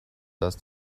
dass